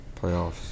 playoffs